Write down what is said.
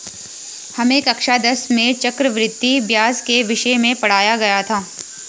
हमें कक्षा दस में चक्रवृद्धि ब्याज के विषय में पढ़ाया गया था